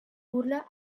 burla